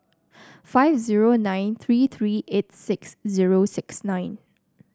five zero nine three three eight six zero six nine